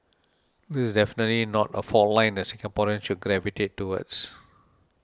this is definitely not a fault line that Singaporeans should gravitate towards